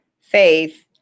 faith